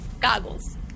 Goggles